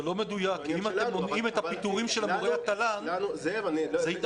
זה לא מדויק כי אם אתם מונעים את הפיטורים של מורי התל"ן זו התערבות.